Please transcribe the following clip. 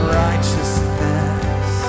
righteousness